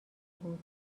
بود